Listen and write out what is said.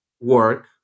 work